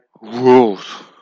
rules